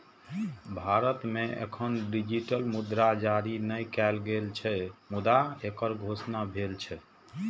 भारत मे एखन डिजिटल मुद्रा जारी नै कैल गेल छै, मुदा एकर घोषणा भेल छै